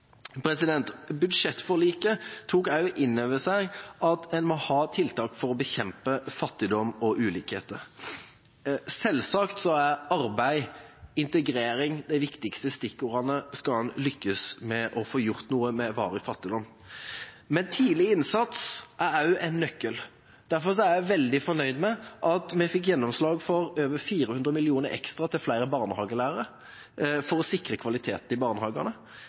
Budsjettforliket tok også innover seg at en må ha tiltak for å bekjempe fattigdom og ulikheter. Selvsagt er arbeid og integrering de viktigste stikkordene skal en lykkes med å få gjort noe med varig fattigdom, men tidlig innsats er også en nøkkel. Derfor er jeg veldig fornøyd med at vi fikk gjennomslag for over 400 mill. kr ekstra til flere barnehagelærere, for å sikre kvalitet i barnehagene.